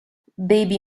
baby